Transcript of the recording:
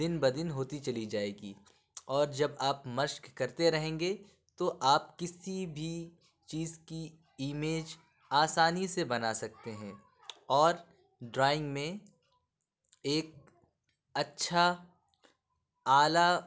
دِن بدِن ہوتی چلی جائے گی اور جب آپ مشق کرتے رہیں گے تو آپ کسی بھی چیز کی ایمیج آسانی سے بنا سکتے ہیں اور ڈرائنگ میں ایک اچھا اعلی